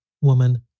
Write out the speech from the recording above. Woman